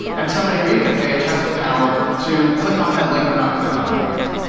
and somebody reading the page has the power to click on that link or not click on that link.